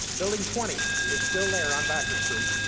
building twenty is still there on vassar street,